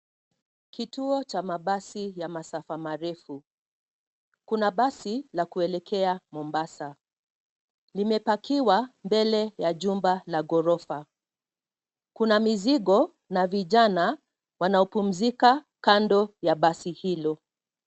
Kituo cha mabasi ya masafa marefu. Kuna basi la kuelekea Mombasa. Limepakiwa mbele ya jumba la ghorofa. Kuna mizigo na vijana wanaopumzika kando ya basi hilo.